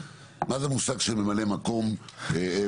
מה זה המושג של ממלא מקום בוועדות,